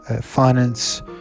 finance